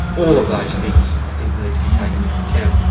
all of those things i think need to be taken into account.